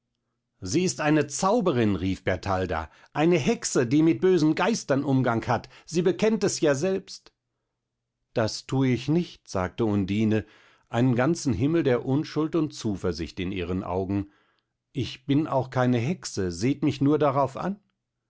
sie ist eine zauberin rief bertalda eine hexe die mit bösen geistern umgang hat sie bekennt es ja selbst das tue ich nicht sagte undine einen ganzen himmel der unschuld und zuversicht in ihren augen ich bin auch keine hexe seht mich nur darauf an